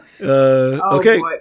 Okay